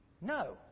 No